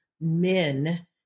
men